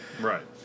right